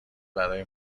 برای